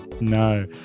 No